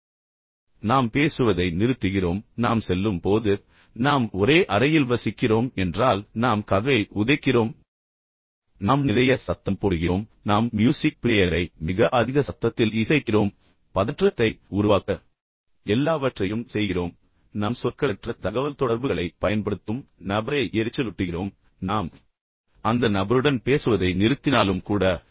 எனவே நாம் பேசுவதை நிறுத்துகிறோம் ஆனால் நாம் செல்லும் போது நாம் ஒரே அறையில் வசிக்கிறோம் என்றால் நாம் கதவை உதைக்கிறோம் நாம் நிறைய சத்தம் போடுகிறோம் நாம் மியூசிக் பிளேயரை மிக அதிக சத்தத்தில் இசைக்கிறோம் பதற்றத்தை உருவாக்க எல்லாவற்றையும் செய்கிறோம் நம் சொற்களற்ற தகவல்தொடர்புகளைப் பயன்படுத்தும் நபரை எரிச்சலூட்டுகிறோம் நாம் அந்த நபருடன் பேசுவதை நிறுத்தினாலும் கூட